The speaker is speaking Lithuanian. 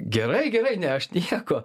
gerai gerai ne aš nieko